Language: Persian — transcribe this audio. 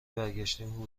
برگشتیم